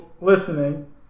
listening